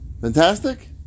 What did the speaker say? Fantastic